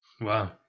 Wow